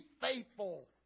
faithful